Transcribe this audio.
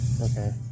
Okay